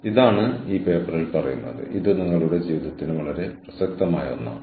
കൂടാതെ ഈ നെറ്റ്വർക്കിംഗ് ഓൺലൈനിൽ ക്ലൌഡിൽ നടക്കുന്നു